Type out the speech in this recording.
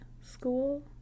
school